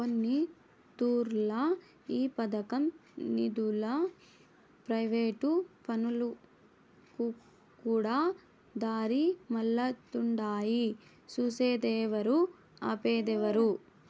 కొన్నితూర్లు ఈ పదకం నిదులు ప్రైవేటు పనులకుకూడా దారిమల్లతుండాయి సూసేదేవరు, ఆపేదేవరు